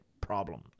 problem